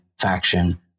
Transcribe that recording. faction